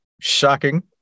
shocking